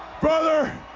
Brother